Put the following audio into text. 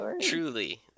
Truly